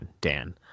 Dan –